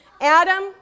Adam